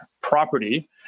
property